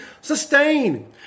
sustain